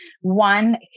one